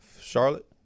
Charlotte